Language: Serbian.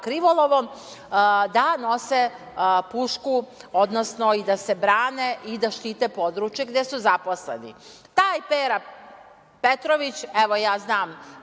da nose pušku, odnosno i da se brane i da štite područje gde su zaposleni. Taj Pera Petrović, evo ja znam